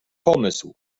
pomysł